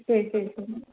சரி சரி சரிங்க